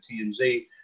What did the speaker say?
TMZ